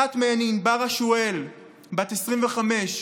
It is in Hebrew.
אחת מהן היא ענבר אשואל, בת 25 משדרות.